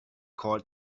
called